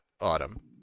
Autumn